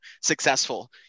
successful